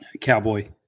Cowboy